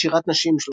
"שירת נשים",